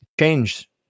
change